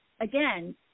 again